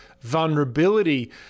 vulnerability